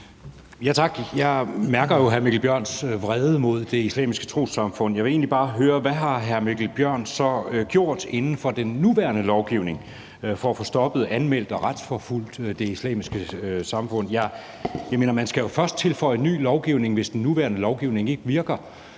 Jeg mærker jo hr. Mikkel Bjørns vrede mod Det Islamiske Trossamfund. Jeg vil egentlig bare høre: Hvad har hr. Mikkel Bjørn så gjort inden for den nuværende lovgivning for at få stoppet, anmeldt og retsforfulgt Det Islamiske Trossamfund? Man skal jo først tilføje ny lovgivning, hvis den nuværende lovgivning ikke virker.